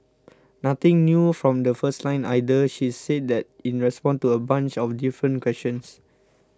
nothing new from the first line either she's said that in response to a bunch of different questions